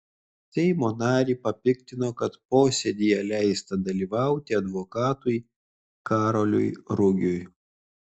seimo narį papiktino kad posėdyje leista dalyvauti advokatui karoliui rugiui